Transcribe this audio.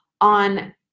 on